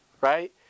Right